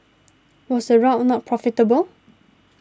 was the route not profitable